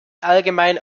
allgemein